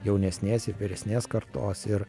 jaunesnės ir vyresnės kartos ir